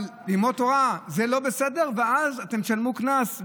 אבל ללמוד תורה זה לא בסדר, ואז אתם תשלמו קנס.